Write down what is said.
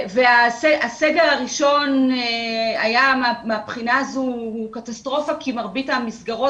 הסגר הראשון מהבחינה הזו היה קטסטרופה כי מרבית המסגרות